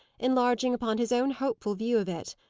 enlarging upon his own hopeful view of it.